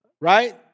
right